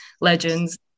legends